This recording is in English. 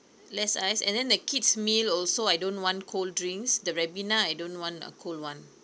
less ice and then the kids meal also I don't want cold drinks the ribena I don't want a cold one